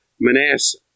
Manasseh